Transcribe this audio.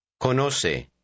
Conoce